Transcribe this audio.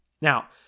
Now